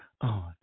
on